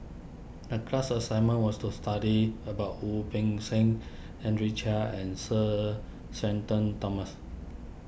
the class assignment was to study about Wu Peng Seng Henry Chia and Sir Shenton Thomas